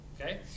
Okay